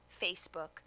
Facebook